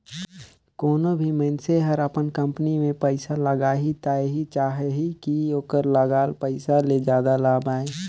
कोनों भी मइनसे हर अपन कंपनी में पइसा लगाही त एहि चाहही कि ओखर लगाल पइसा ले जादा लाभ आये